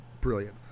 brilliant